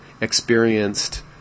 experienced